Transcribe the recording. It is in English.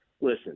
listen